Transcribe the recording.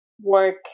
work